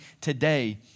today